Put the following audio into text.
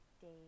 days